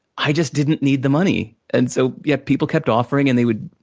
i just didn't need the money, and so, yet, people kept offering and they would